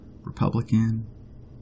Republican